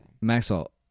Maxwell